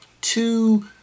two